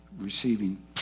receiving